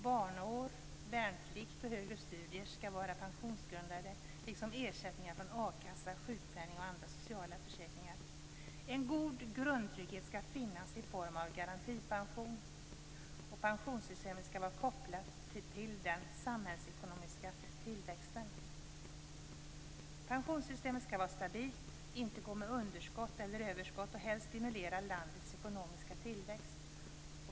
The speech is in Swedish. · Barnår, värnplikt och högre studier skall vara pensionsgrundande, liksom ersättningar från akassa, sjukpenning eller andra sociala försäkringar. · En god grundtrygghet skall finnas i form av garantipension. · Pensionssystemet skall vara kopplat till den samhällsekonomiska tillväxten. · Pensionssystemet skall vara stabilt, inte gå med underskott eller överskott, och helst stimulera landets ekonomiska tillväxt.